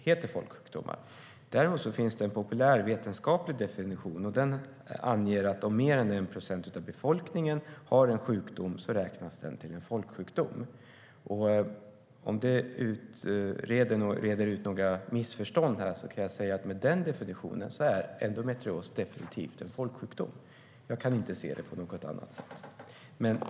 Däremot finns det en populärvetenskaplig definition, och den anger att om mer än en procent av befolkningen har en sjukdom räknas den som en folksjukdom. Om det reder ut några missförstånd kan jag säga att enligt den definitionen är endometrios definitivt en folksjukdom. Jag kan inte se det på något annat sätt.